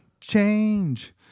change